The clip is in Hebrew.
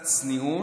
קצת צניעות,